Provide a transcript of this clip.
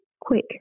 quick